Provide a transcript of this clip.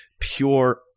pure